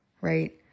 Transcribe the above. right